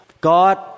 God